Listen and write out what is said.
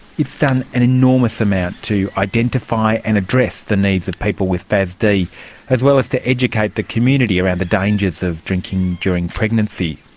it's done an enormous amount to identify and address the needs of people with fasd, as well as to educate the community around the dangers of drinking during pregnancy.